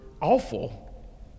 awful